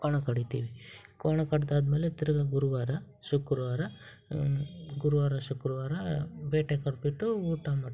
ಕೋಣ ಕಡೀತೀವಿ ಕೋಣ ಕಡೊದಾದ್ಮೇಲೆ ತಿರ್ಗಿ ಗುರುವಾರ ಶುಕ್ರವಾರ ಗುರುವಾರ ಶುಕ್ರವಾರ ಬೇಟೆ ಕಡ್ದ್ಬಿಟ್ಟು ಊಟ ಮಾಡಿ